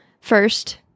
first